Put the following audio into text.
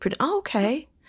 okay